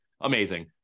amazing